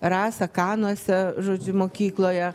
rasa kanuose žodžiu mokykloje